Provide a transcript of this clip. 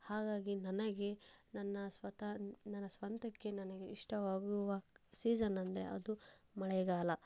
ಹಾಗಾಗಿ ನನಗೆ ನನ್ನ ಸ್ವತಃ ನನ್ನ ಸ್ವಂತಕ್ಕೆ ನನಗೆ ಇಷ್ಟವಾಗುವ ಸೀಸನ್ ಅಂದರೆ ಅದು ಮಳೆಗಾಲ